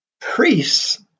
Priests